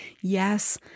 yes